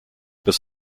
bis